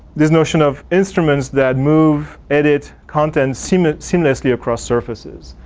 this notion of instruments that move, edit, content, seamlessly seamlessly across surfaces.